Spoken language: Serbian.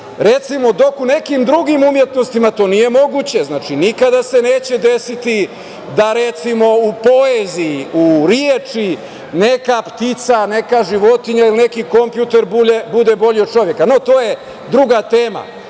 itd. Dok u nekim drugim umetnostima to nije moguće. Znači, nikada se neće desiti da, recimo, u poeziji u reči neka ptica, neka životinja ili neki kompjuter bude bolji od čoveka, no to je druga tema. Ono